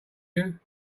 you